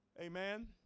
Amen